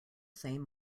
same